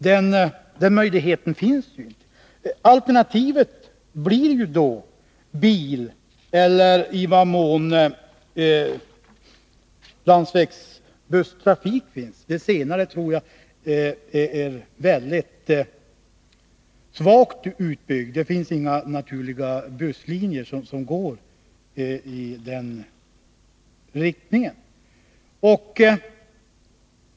Alternativet blir då att resa med bil eller, i den mån det är möjligt, landsvägsbuss — busstrafiken här tror jag är väldigt dåligt utbyggd, och det finns knappast några busslinjer som passar i det här fallet.